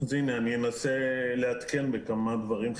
אנסה לעדכן בכמה דברים.